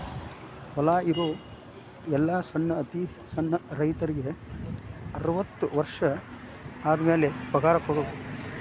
ಹೊಲಾ ಇರು ಎಲ್ಲಾ ಸಣ್ಣ ಅತಿ ಸಣ್ಣ ರೈತರಿಗೆ ಅರ್ವತ್ತು ವರ್ಷ ಆದಮ್ಯಾಲ ಪಗಾರ ಕೊಡುದ